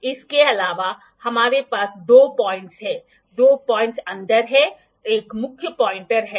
तो यहाँ कुछ स्थान हैं जहाँ यह एंग्युलर मेज़रमेंट बहुत महत्वपूर्ण भूमिका निभाता है